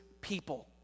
people